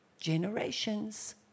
Generations